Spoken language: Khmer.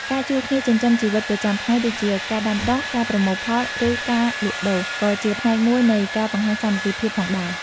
ការជួយគ្នាចិញ្ចឹមជីវិតប្រចាំថ្ងៃដូចជាការដាំដុះ ការប្រមូលផល ឬការលក់ដូរ ក៏ជាផ្នែកមួយនៃការបង្ហាញសាមគ្គីភាពផងដែរ។